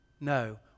No